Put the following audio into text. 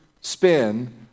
spin